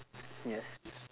yes